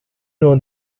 know